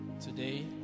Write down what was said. Today